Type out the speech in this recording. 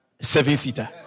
Seven-seater